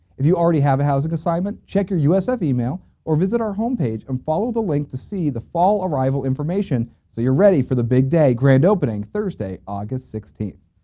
if you already have a housing assignment check your usf email or visit our homepage and follow the link to see the fall arrival information, information, so your ready for the big day, grand opening thursday august sixteenth.